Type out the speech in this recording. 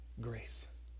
grace